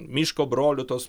miško brolių tos